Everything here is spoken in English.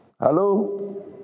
Hello